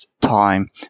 time